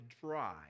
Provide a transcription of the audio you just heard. dry